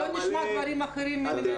שלא נשמע דברים אחרים.